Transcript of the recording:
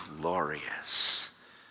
glorious